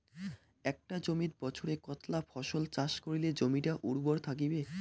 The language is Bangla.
একটা জমিত বছরে কতলা ফসল চাষ করিলে জমিটা উর্বর থাকিবে?